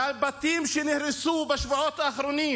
לבתים שנהרסו בשבועות האחרונים,